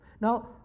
Now